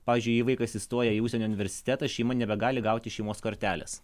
pavyzdžiui jei vaikas įstoja į užsienio universitetą šeima nebegali gauti šeimos kortelės